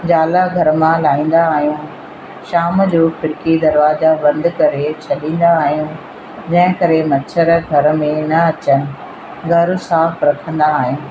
जाला घर मां लाहींदा आहियूं शाम जो खिड़की दरवाज़ा बंदि करे छॾींदा आहियूं जंहिं करे मछर घर में न अचनि घर साफ़ रखंदा आहियूं